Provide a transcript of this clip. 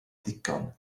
ddigon